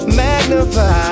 magnify